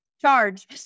charge